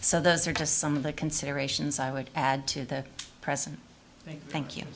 so those are just some of the considerations i would add to the present thank you